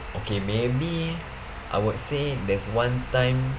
okay maybe I would say there's one time